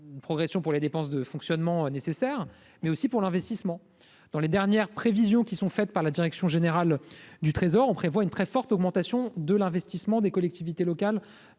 une progression pour les dépenses de fonctionnement nécessaire mais aussi pour l'investissement dans les dernières prévisions qui sont faites par la direction générale du Trésor on prévoit une très forte augmentation de l'investissement des collectivités locales,